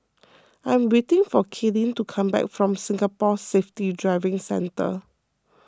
I am waiting for Kaylyn to come back from Singapore Safety Driving Centre